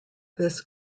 this